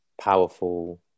powerful